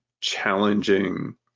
challenging